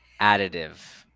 additive